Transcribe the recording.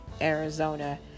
Arizona